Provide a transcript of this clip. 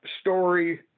story